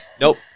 Nope